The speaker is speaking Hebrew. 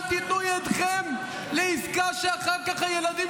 אל תיתנו ידכם לעסקה שבה אחר כך הילדים